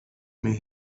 may